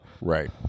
Right